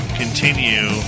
continue